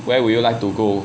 where would you like to go